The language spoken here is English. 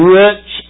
rich